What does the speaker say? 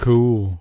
Cool